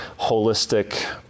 holistic